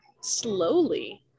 slowly